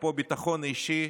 אפרופו ביטחון אישי,